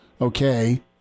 okay